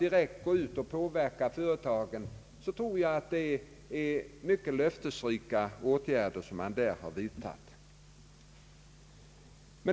direkt gå ut och påverka företagen anser jag vara mycket löftesrika åtgärder.